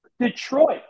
Detroit